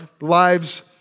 lives